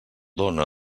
dóna